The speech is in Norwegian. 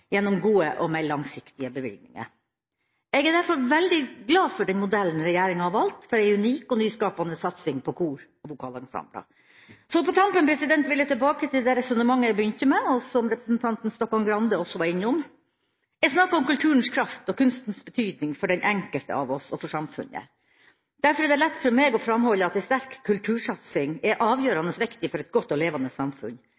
gjennom gode og mer langsiktige bevilgninger. Jeg er derfor veldig glad for den modellen regjeringa har valgt for en unik og nyskapende satsing på kor og vokalensembler. Så på tampen vil jeg tilbake til det resonnementet jeg begynte med, og som representanten Stokkan-Grande også var innom. Jeg snakket om kulturens kraft og kunstens betydning for den enkelte av oss og for samfunnet. Derfor er det lett for meg å framholde at en sterk kultursatsing er